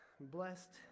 blessed